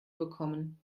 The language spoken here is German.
bekommen